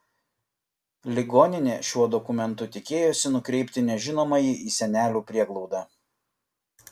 ligoninė šiuo dokumentu tikėjosi nukreipti nežinomąjį į senelių prieglaudą